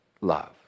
love